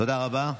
תודה רבה.